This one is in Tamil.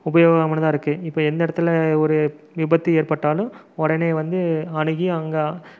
உபயோகமானதாக இருக்கு இப்போ எந்த இடத்தில் ஒரு விபத்து ஏற்பட்டாலும் உடனே வந்து அணுகி அங்கே